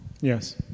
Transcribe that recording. Yes